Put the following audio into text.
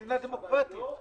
גם בכנסת היום יש אנשים,